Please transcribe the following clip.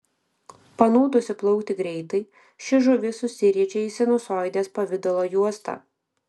panūdusi plaukti greitai ši žuvis susiriečia į sinusoidės pavidalo juostą